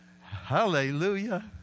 Hallelujah